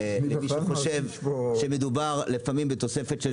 אף אחד מחברי מפלגת העבודה ומרצ שמדברים על עזרה למוחלשים לא נמצא,